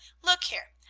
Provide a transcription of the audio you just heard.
look here!